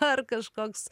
ar kažkoks